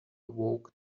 awoke